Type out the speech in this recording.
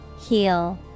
Heal